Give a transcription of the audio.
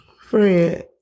Friend